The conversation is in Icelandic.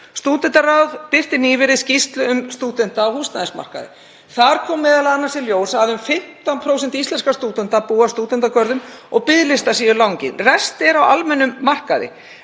Stúdentaráð birti nýverið skýrslu um stúdenta á húsnæðismarkaði. Þar kom m.a. í ljós að um 15% íslenskra stúdenta búa á stúdentagörðum og biðlistar eru langir. Rest er á almennum markaði